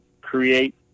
create